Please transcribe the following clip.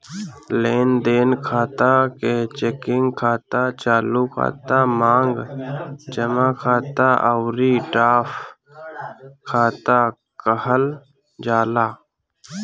लेनदेन खाता के चेकिंग खाता, चालू खाता, मांग जमा खाता अउरी ड्राफ्ट खाता कहल जाला